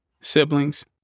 siblings